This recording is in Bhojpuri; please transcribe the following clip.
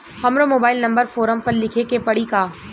हमरो मोबाइल नंबर फ़ोरम पर लिखे के पड़ी का?